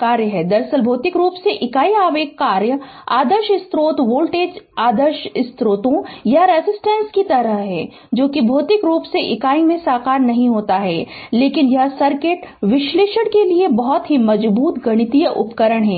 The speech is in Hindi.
कार्य है दरअसल भौतिक रूप से इकाई आवेग कार्य आदर्श स्रोतों वोल्ट आदर्श स्रोतों या रेसिस्टेंन्स की तरह है जो भौतिक रूप से इकाई में साकार नहीं होता है लेकिन यह सर्किट विश्लेषण के लिए एक बहुत ही मजबूत गणितीय उपकरण है